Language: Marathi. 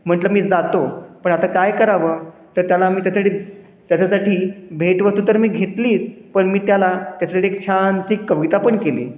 म्हंटलं मी जातो पण आता काय करावं तर त्याला मी त्याच्यासाठी त्याच्यासाठी भेटवस्तू तर मी घेतलीच पण मी त्याला त्याच्यासाठी एक छानशी कविता पण केली